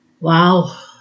Wow